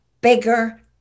bigger